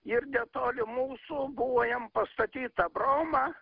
ir netoli mūsų buvo jam pastatyta broma